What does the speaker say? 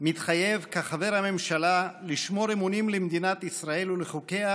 מתחייב כחבר הממשלה לשמור אמונים למדינת ישראל ולחוקיה,